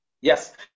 Yes